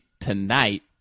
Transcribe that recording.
tonight